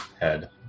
head